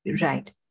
right